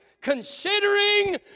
Considering